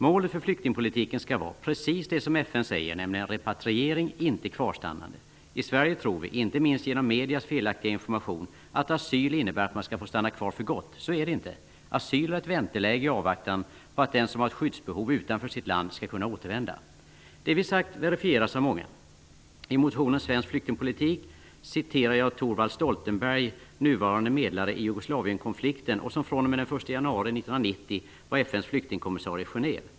Målet för flyktingpolitiken skall vara precis det som FN säger, nämligen repatriering, inte kvarstannande. I Sverige tror vi, inte minst genom medias felaktiga information, att asyl innebär att man skall få stanna kvar för gott. Så är det inte. Asyl är ett vänteläge i avvaktan på att den som har ett skyddsbehov utanför sitt land skall kunna återvända. Det vi sagt verifieras av många. I motionen ''Svensk flyktingpolitik'' citerar jag Thorwald Stoltenberg, nuvarande medlare i Jugoslavienkonflikten och som fr.o.m. den 1 januari 1990 var FN:s flyktingkommissarie i Genève.